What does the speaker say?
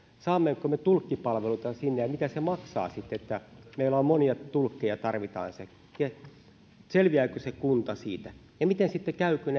saammeko me tulkkipalveluita sinne ja mitä se maksaa sitten että meillä monia tulkkeja tarvitaan sinne selviääkö se kunta siitä ja miten sitten käy kun